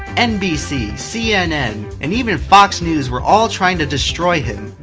nbc, cnn, and even fox news were all trying to destroy him,